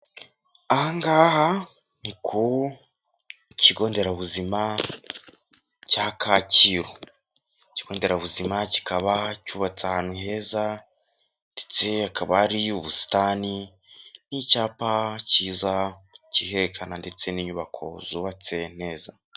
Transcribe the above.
Aha ngaha ni ku kigo nderabuzima cya Kacyiru. Ikigonderabuzima kikaba cyubatse ahantu heza ndetse hakaba hari ubusitani n'icyapa kiza kiherekana ndetse n'inyubako zubatse neza.